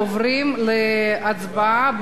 להצבעה בקריאה שלישית.